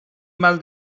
mal